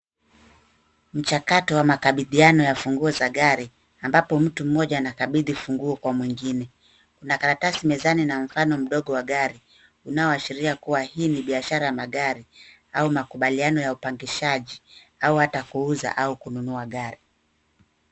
Mchakato wa makabidhiano ya funguo za gari, ambapo mtu mmoja anakabidhi funguo kwa mwengine. Kuna karatasi mezani na mfano mdogo wa gari, unaoashiria kuwa hii ni biashara ya magari au makubaliano ya upangishaji au hata kuuza au kununua gari.